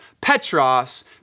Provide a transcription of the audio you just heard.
Petros